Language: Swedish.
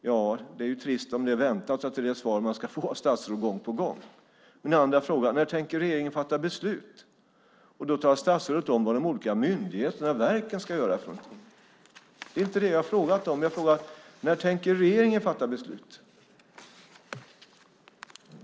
Ja, det är ju trist om det är väntat att det är det svar man ska få av statsrådet gång på gång. Min andra fråga är: När tänker regeringen fatta beslut? Då talar statsrådet om vad de olika myndigheterna och verken ska göra för något. Det är inte det jag har frågat om. Jag frågar: När tänker regeringen fatta beslut?